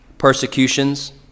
persecutions